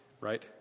right